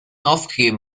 aufgegeben